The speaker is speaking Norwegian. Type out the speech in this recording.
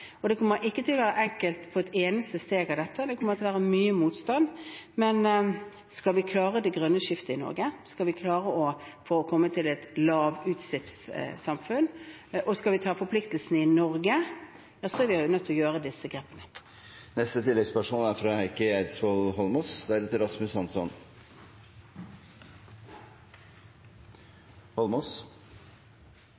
Det kommer ikke til å være enkelt på et eneste punkt. Det kommer til å være mye motstand, men skal vi klare det grønne skiftet, skal vi klare å komme til et lavutslippssamfunn, og skal vi ta forpliktelsene i Norge, er vi nødt til å gjøre disse grepene.